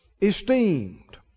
esteemed